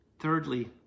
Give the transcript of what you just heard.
Thirdly